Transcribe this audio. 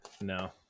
No